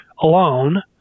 alone